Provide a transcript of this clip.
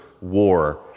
war